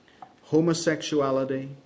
Homosexuality